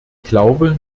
glaube